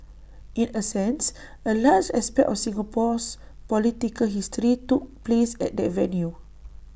in essence A large aspect of Singapore's political history took place at that venue